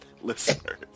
listeners